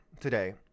today